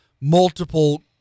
multiple